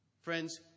friends